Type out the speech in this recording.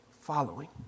following